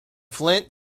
flint